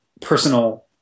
personal